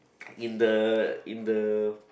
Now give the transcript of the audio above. in the in the